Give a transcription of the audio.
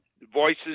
voices